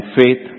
faith